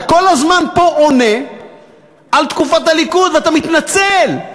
אתה כל הזמן פה עונה על תקופת הליכוד, ואתה מתנצל.